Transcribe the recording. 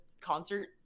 Concert